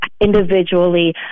individually